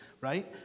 right